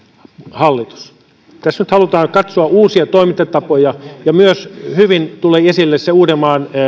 hallitus tässä nyt halutaan katsoa uusia toimintatapoja ja hyvin tuli esille myös se uudenmaan